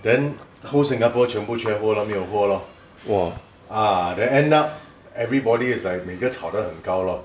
then whole Singapore 全部缺货 lor 没有货 lor ah then end up everybody is like 每个绰得很高 lor